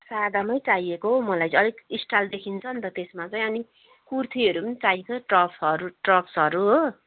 सादामा चाहिएको मलाई चाहिँ अलिक स्टाइल देखिन्छ नि त त्यसमा चाहिँ अनि कुर्तीहरू चाहिन्छ टप्सहरू टप्सहरू हो